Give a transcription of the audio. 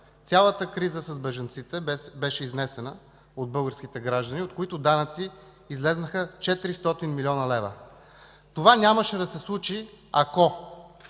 Цялата криза с бежанците беше изнесена от българските граждани, от чиито данъци излязоха 400 млн. лв. Това нямаше да се случи, ако